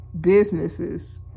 businesses